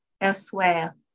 elsewhere